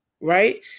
right